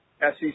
SEC